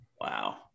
Wow